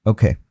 Okay